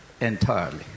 entirely